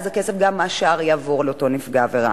גם השאר יעבור לאותו נפגע עבירה.